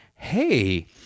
hey